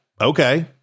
okay